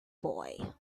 boy